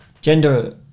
gender